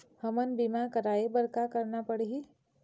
हमन बीमा कराये बर का करना पड़ही?